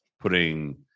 putting